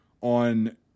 on